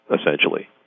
essentially